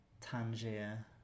tangier